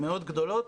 גדולות.